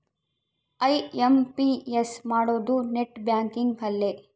IMPS ಮಾಡೋದು net banking ಅಲ್ಲೆ